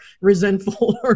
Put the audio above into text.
resentful